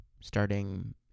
starting